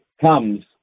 comes